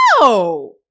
No